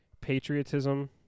patriotism